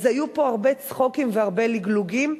היו פה הרבה צחוקים והרבה לגלוגים.